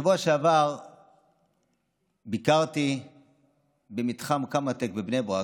בשבוע שעבר ביקרתי במתחם קמא-טק בבני ברק,